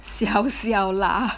小小辣